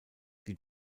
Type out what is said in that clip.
die